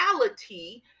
reality